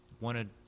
wanted